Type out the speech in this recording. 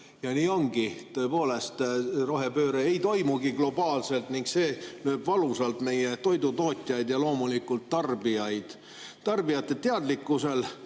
Nii ongi. Tõepoolest, rohepööre ei toimugi globaalselt ning see lööb valusalt meie toidutootjaid ja loomulikult tarbijaid. Tarbijate teadlikkusel